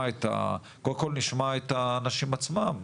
קודם כל נשמע את האנשים עצמם,